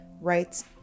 rights